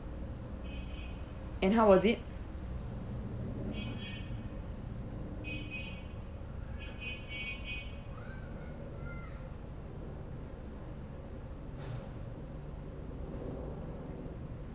and how was it